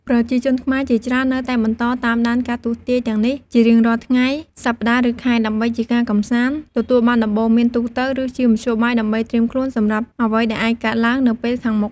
ប្រជាជនខ្មែរជាច្រើននៅតែបន្តតាមដានការទស្សន៍ទាយទាំងនេះជារៀងរាល់ថ្ងៃ សប្តាហ៍ ឬខែ ដើម្បីជាការកម្សាន្ត ទទួលបានដំបូន្មានទូទៅ ឬជាមធ្យោបាយដើម្បីត្រៀមខ្លួនសម្រាប់អ្វីដែលអាចកើតឡើងនៅពេលខាងមុខ។